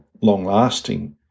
long-lasting